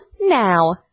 now